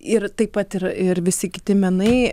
ir taip pat ir ir visi kiti menai